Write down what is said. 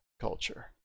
culture